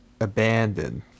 abandoned